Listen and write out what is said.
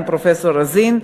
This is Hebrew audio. עם פרופסור רזין,